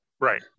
Right